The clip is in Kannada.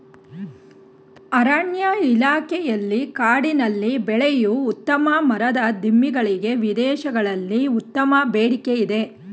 ಅರಣ್ಯ ಇಲಾಖೆಯಲ್ಲಿ ಕಾಡಿನಲ್ಲಿ ಬೆಳೆಯೂ ಉತ್ತಮ ಮರದ ದಿಮ್ಮಿ ಗಳಿಗೆ ವಿದೇಶಗಳಲ್ಲಿ ಉತ್ತಮ ಬೇಡಿಕೆ ಇದೆ